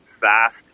fast